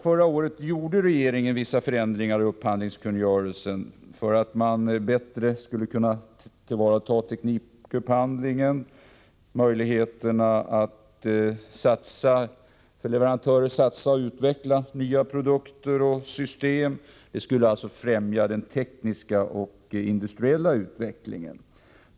Förra året gjorde regeringen vissa förändringar i upphandlingskungörelsen för att man bättre skulle kunna hantera teknikupphandlingen och tillvarata möjligheterna för leverantörer att satsa på utveckling av nya produkter och system. Det skulle alltså främja den tekniska och industriella utvecklingen.